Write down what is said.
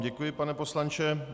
Děkuji vám, pane poslanče.